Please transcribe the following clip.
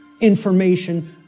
information